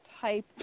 type